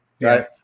right